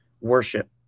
worship